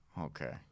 Okay